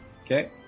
Okay